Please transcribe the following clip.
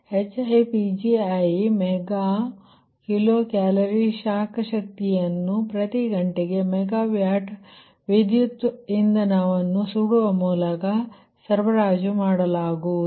ಇದು HiPgi mega kilo calorie ಶಾಖ ಶಕ್ತಿಯನ್ನು ಪ್ರತಿ ಗಂಟೆಗೆ ಮೆಗಾ ವ್ಯಾಟ್ ವಿದ್ಯುತ್ ಇಂಧನವನ್ನು ಸುಡುವ ಮೂಲಕ ಸರಬರಾಜು ಮಾಡಲಾಗುವುದು